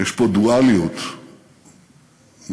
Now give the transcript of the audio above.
יש פה דואליות מוזרה.